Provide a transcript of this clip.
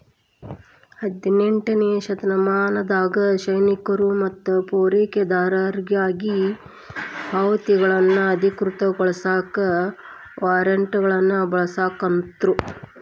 ಹದಿನೆಂಟನೇ ಶತಮಾನದಾಗ ಸೈನಿಕರು ಮತ್ತ ಪೂರೈಕೆದಾರರಿಗಿ ಪಾವತಿಗಳನ್ನ ಅಧಿಕೃತಗೊಳಸಾಕ ವಾರ್ರೆಂಟ್ಗಳನ್ನ ಬಳಸಾಕತ್ರು